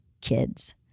kids